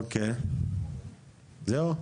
אוקי, זהו?